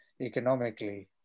economically